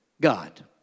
god